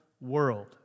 world